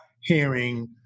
hearing